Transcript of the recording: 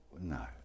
No